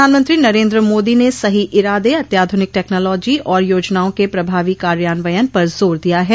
प्रधानमंत्री नरेन्द्र मोदी ने सही इरादे अत्याधुनिक टेक्नोलॉजी और योजनाओं के प्रभावी कार्यान्वयन पर जोर दिया है